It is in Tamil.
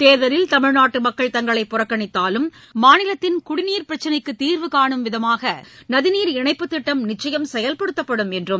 தேர்தலில் தமிழ்நாட்டு மக்கள் தங்களைப் புறக்கணித்தாலும் மாநிலத்தின் குடிநீர் பிரச்னைக்குத் தீர்வுகானும் விதமாக நதிநீர் இணைப்புத் திட்டம் நிச்சயம் செயல்படுத்தப்படும் என்றும்